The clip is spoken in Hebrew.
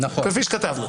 כפי שכתבנו.